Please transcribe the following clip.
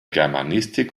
germanistik